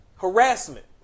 harassment